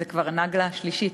וזו כבר נאגלה שלישית,